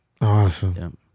Awesome